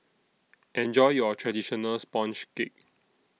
Enjoy your Traditional Sponge Cake